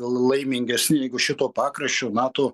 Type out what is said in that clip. laimingesni jeigu šito pakraščio nato